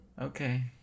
Okay